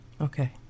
Okay